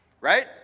Right